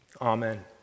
Amen